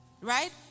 right